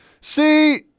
See